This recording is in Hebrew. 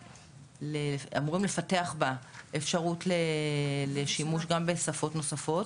אמורים לפתח בה אפשרות לשימוש גם בשפות נוספות.